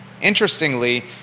Interestingly